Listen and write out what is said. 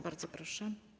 Bardzo proszę.